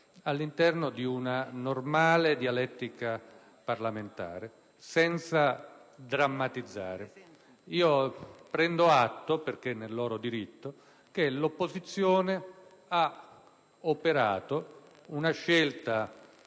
all'interno di una normale dialettica parlamentare senza drammatizzare. Prendo atto, perché è nel suo diritto, che l'opposizione ha operato una scelta